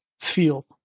feel